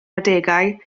adegau